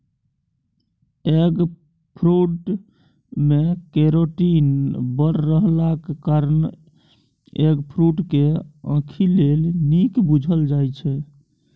eggfruit मे carotene बड़ रहलाक कारणेँ एगफ्रुट केँ आंखि लेल नीक बुझल जाइ छै